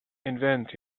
invent